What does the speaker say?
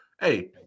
hey